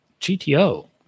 GTO